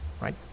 Right